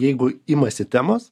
jeigu imasi temos